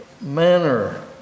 manner